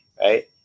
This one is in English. right